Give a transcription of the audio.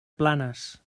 planes